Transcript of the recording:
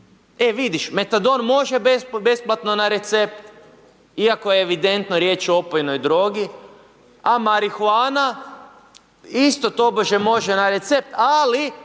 E vidiš, Metadon može besplatno na recept iako je evidentno riječ o opojnoj drogi, a marihuana isto tobože može na recept ali